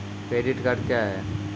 Credit card क्या हैं?